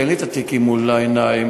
אין לי התיקים מול העיניים,